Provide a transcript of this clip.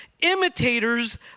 imitators